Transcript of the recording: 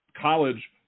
college